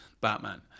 Batman